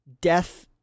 Death